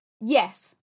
Yes